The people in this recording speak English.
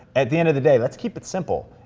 at the end of the day, let's keep it simple.